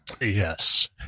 yes